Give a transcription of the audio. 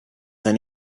then